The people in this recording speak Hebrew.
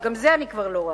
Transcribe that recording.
אבל גם זה אני כבר לא רואה.